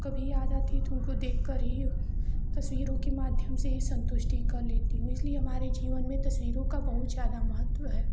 कभी आ जाती तो उनको देख कर ही तस्वीरों के माध्यम से सन्तुष्टि कर लेती लेकिन हमारे जीवन में तस्वीरों का बहुत ज़्यादा महत्व है